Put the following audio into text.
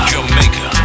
Jamaica